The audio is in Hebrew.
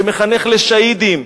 שמחנך לשהידים,